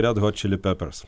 red hot chilli peppers